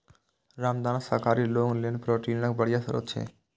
रामदाना शाकाहारी लोक लेल प्रोटीनक बढ़िया स्रोत छियै